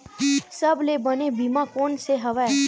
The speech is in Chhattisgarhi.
सबले बने बीमा कोन से हवय?